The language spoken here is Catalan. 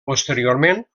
posteriorment